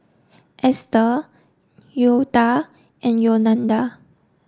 Esther Leota and Yolanda